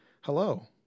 Hello